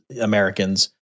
Americans